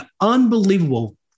unbelievable